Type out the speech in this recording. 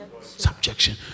Subjection